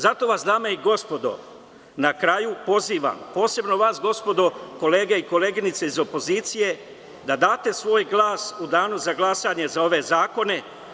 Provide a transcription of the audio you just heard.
Zato vas dame i gospodo, na kraju pozivam, posebno vas gospodo kolege i koleginici iz opozicije, da date svoj glas u danu za glasanje za ove zakone.